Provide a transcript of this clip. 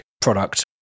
product